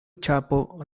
ĉapo